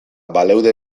baleude